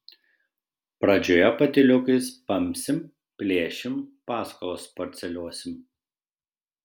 pradžioje patyliukais pampsim plėšim paskolas parceliuosim